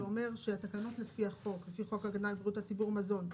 שאומר שהתקנות לפי חוק ההגנה לבריאות הציבור (מזון)